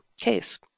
case